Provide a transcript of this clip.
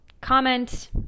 comment